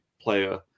player